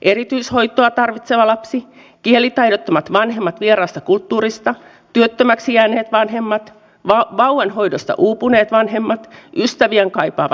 erityishoitoa tarvitseva lapsi kielitaidottomat vanhemmat vieraasta kulttuurista työttömiksi jääneet vanhemmat vauvanhoidosta uupuneet vanhemmat ystäviään kaipaava leikki ikäinen